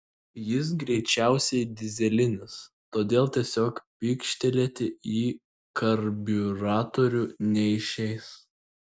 jis greičiausiai dyzelinis todėl tiesiog pykštelėti į karbiuratorių neišeis